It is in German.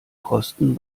kosten